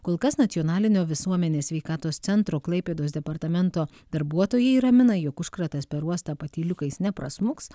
kol kas nacionalinio visuomenės sveikatos centro klaipėdos departamento darbuotojai ramina jog užkratas per uostą patyliukais neprasmuks